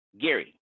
gary